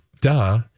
duh